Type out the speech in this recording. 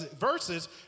verses